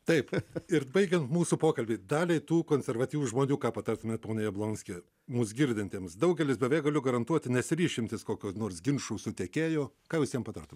taip ir baigiant mūsų pokalbį daliai tų konservatyvių žmonių ką patartumėt pone jablonski mūsų girdintiems daugelis beveik galiu garantuoti nesiryš imtis kokio nors ginči su tiekėju ką jūs jiem patartumėt